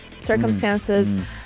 circumstances